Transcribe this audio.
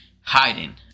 hiding